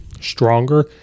stronger